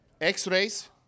X-rays